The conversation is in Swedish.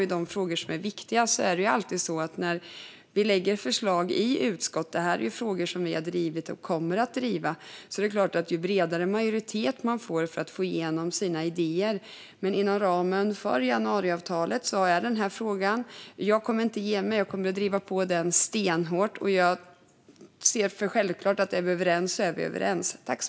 I de frågor som är viktiga är det alltid så när vi lägger fram förslag i utskott - det här är ju frågor som vi har drivit och kommer att driva - att ju bredare majoritet man får för att få igenom sina idéer, desto bättre är det såklart. Men inom ramen för januariavtalet kommer jag att driva på stenhårt i denna fråga. Jag kommer inte att ge mig, och jag ser det som självklart att om vi är överens så är vi överens.